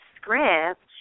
script